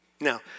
Now